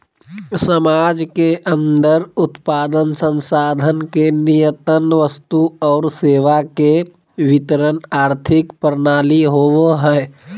समाज के अन्दर उत्पादन, संसाधन के नियतन वस्तु और सेवा के वितरण आर्थिक प्रणाली होवो हइ